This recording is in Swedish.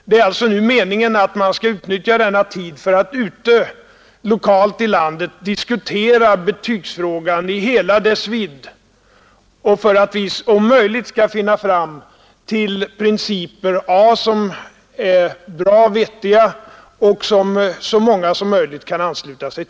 Det är alltsa meningen att man nu skall utnyttja denna tid för att lokalt ute i landet diskutera betygsfragan i helu dess vidd för att vi om möjligt skall få fram principer som är bra och vettiga och till vilka så manga som möjligt kan ansluta sig.